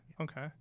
Okay